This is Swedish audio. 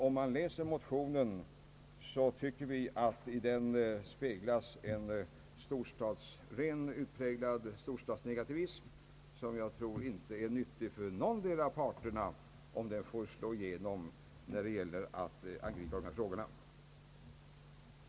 I motionen avspeglas en utpräglad storstadsnegativism som, om den får slå igenom, inte är nyttig för någondera parten när det gäller att angripa dessa frågor.